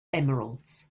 emeralds